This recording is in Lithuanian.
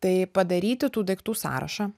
tai padaryti tų daiktų sąrašą